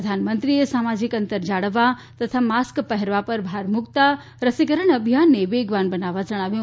પ્રધાનમંત્રીએ સામાજીક અંતર જાળવવા તથા માસ્ક પહેરવા પર ભાર મુકતાં રસીકરણ અભિયાનને વેગવાન બનાવવા જણાવ્યું